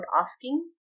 asking